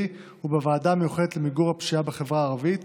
ובוועדה המיוחדת למיגור הפשיעה בחברה הערבית